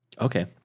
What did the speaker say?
Okay